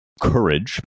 courage